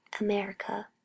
america